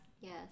Yes